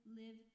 live